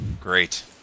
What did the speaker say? Great